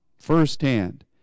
firsthand